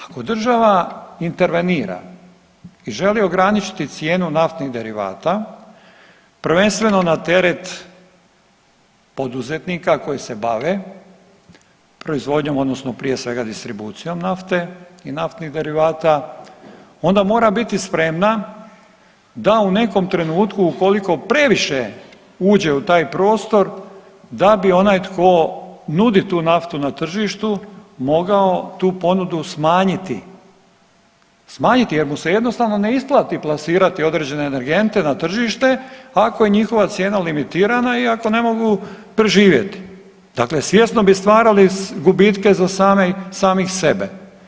Ako država intervenira i želi ograničiti cijenu naftnih derivata prvenstveno na teret poduzetnika koji se bave proizvodnjom odnosno prije svega distribucijom nafte i naftnih derivata onda mora biti spremna da u nekom trenutku ukoliko previše uđe u taj prostor da bi onaj tko nudi tu naftu na tržištu mogao tu ponudu smanjiti, smanjiti jer mu se jednostavno ne isplati plasirati određene energente na tržište ako je njihova cijena limitirana i ako ne mogu preživjeti, dakle svjesno bi stvarali gubitke za same, za samih sebe.